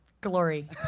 Glory